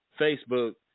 Facebook